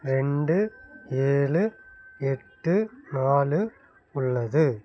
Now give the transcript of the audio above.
ரெண்டு ஏழு எட்டு நாலு உள்ளது